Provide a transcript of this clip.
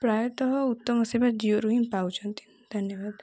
ପ୍ରାୟତଃ ଉତ୍ତମ ସେବା ଜିଓରୁ ହିଁ ପାଉଛନ୍ତି ଧନ୍ୟବାଦ